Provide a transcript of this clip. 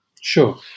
Sure